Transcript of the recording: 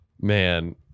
Man